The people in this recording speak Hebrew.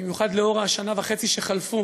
במיוחד לאחר השנה וחצי שחלפה